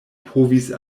povis